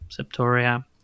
Septoria